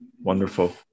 Wonderful